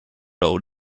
old